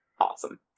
Awesome